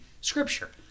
scripture